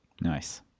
nice